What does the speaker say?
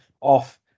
off